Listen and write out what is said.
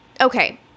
okay